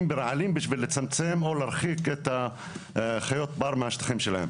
ברעלים בשביל לצמצם או להרחיק את חיות הבר מהשטחים שלהם.